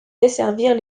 desservir